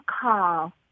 call